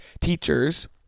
teachers